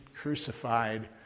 crucified